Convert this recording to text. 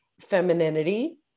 femininity